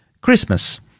Christmas